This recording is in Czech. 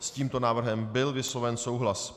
S tímto návrhem byl vysloven souhlas.